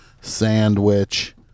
sandwich